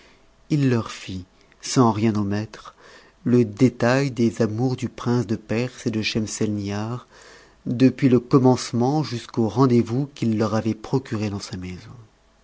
il leur ut sans rien omettre le détail des amours du prince de perse et de schemselnihar depuis le commencement jusqu'au rendez-vous qu'il leur avait procuré dans sa maison